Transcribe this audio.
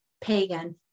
pagan